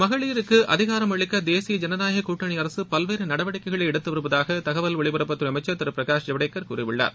மகளிருக்கு அதிகாரம் அளிக்க தேசிய ஜனநாயக கூட்டணி அரசு பல்வேறு நடவடிக்கைகளை எடுத்து வருவதாக தகவல் ஒளிபரப்புத்துறை அமைச்சர் திரு பிரகாஷ் ஜவடேகர் கூறியுள்ளார்